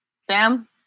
Sam